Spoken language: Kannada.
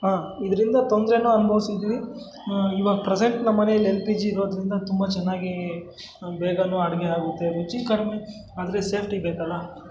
ಹಾಂ ಇದರಿಂದ ತೊಂದ್ರೆಯೂ ಅನುಭವ್ಸಿದ್ವಿ ಇವಾಗ ಪ್ರೆಸೆಂಟ್ ನಮ್ಮ ಮನೇಲಿ ಎಲ್ ಪಿ ಜಿ ಇರೋದರಿಂದ ತುಂಬ ಚೆನ್ನಾಗಿ ಬೇಗ ಅಡುಗೆ ಆಗುತ್ತೆ ರುಚಿ ಕಡಿಮೆ ಆದರೆ ಸೇಫ್ಟಿಗೆ ಬೇಕಲ್ಲಾ